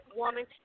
woman